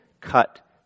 cut